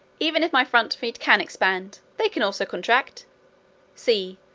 even if my front feet can expand, they can also contract see!